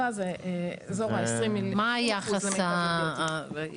כ-77 מיליוני שקלים זה באזור האחוז --- מה היחס של האחוזים?